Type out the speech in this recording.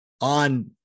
On